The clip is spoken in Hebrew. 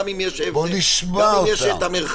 גם אם יש את המרחק.